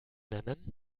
nennen